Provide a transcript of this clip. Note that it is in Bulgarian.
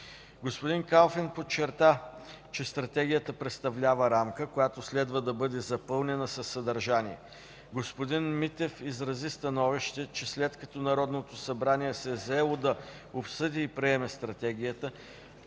Господин Калфин подчерта, че Стратегията представлява рамка, която следва да бъде запълнена със съдържание. Господин Митев изрази становище, че след като Народното събрание се е заело да обсъди и приеме Стратегията,